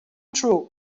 true